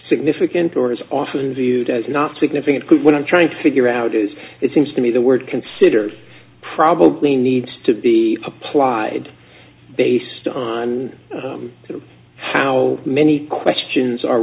significant or is often viewed as not significant what i'm trying to figure out is it seems to me the word considered probably needs to be applied based on how many questions are